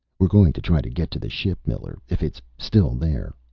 we're going to try to get to the ship, miller, if it's still there,